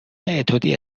اتودی